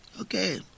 Okay